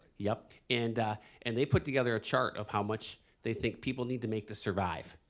yep. and and they put together a chart of how much they think people need to make to survive.